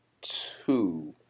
two